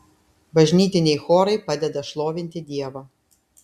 bažnytiniai chorai padeda šlovinti dievą